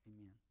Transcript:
Amen